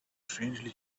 strangely